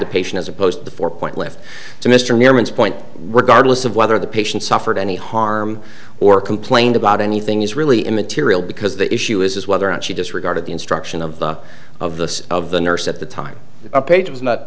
the patient as opposed to four point left to mr norman's point regardless of whether the patient suffered any harm or complained about anything is really immaterial because the issue is whether or not she disregarded the instruction of the of the of the nurse at the time a page was not